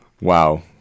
Wow